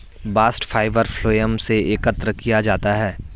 bast fibre phloem से एकत्र किया जाता है